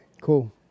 Cool